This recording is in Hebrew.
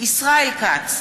ישראל כץ,